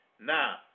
Now